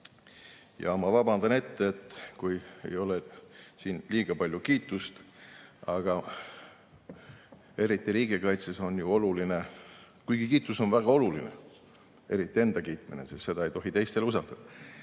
Ma vabandan ette, et kui ei ole siin liiga palju kiitust, aga eriti riigikaitses on ju oluline [muu]. Kuigi kiitus on väga oluline – eriti enda kiitmine, sest seda ei tohi teistele usaldada